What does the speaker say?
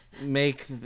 make